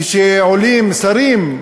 כשעולים שרים,